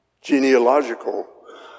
Genealogical